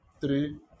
three